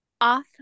off